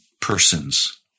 persons